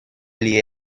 liée